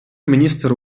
міністр